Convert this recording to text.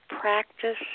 practice